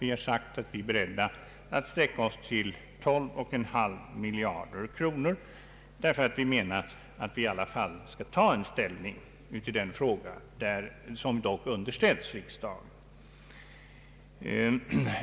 Vi har sagt att vi är beredda att sträcka oss till 12,5 miljarder därför att vi anser att vi i alla fall skall ta ställning i frågan när den under ställs riksdagen.